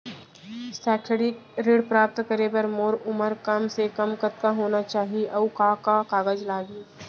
शैक्षिक ऋण प्राप्त करे बर मोर उमर कम से कम कतका होना चाहि, अऊ का का कागज लागही?